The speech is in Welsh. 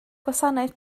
gwasanaeth